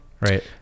Right